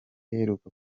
iheruka